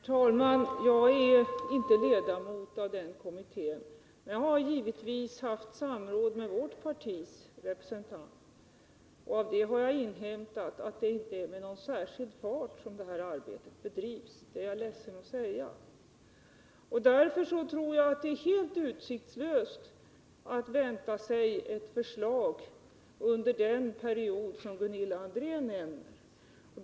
Herr talman! Jag är inte ledamot av kommittén, men jag har givetvis haft samråd med vårt partis representant, och jag har inhämtat att det inte är med någon särskild fart som det här arbetet bedrivs. Det är jag ledsen att säga. Därför tror jag att det är helt utsiktslöst att vänta sig ett förslag under den period som Gunilla André nämnde.